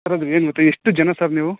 sir ಅದು ಏನು ಗೊತ್ತಾ ಎಷ್ಟು ಜನ ಸರ್ ನೀವು